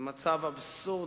זה מצב אבסורדי.